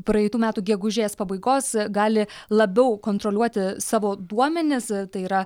praeitų metų gegužės pabaigos gali labiau kontroliuoti savo duomenis tai yra